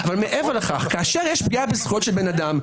ומעבר לכך כאשר יש פגיעה בזכויות של אדם,